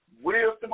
Wisdom